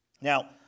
Now